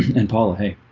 and paula. hey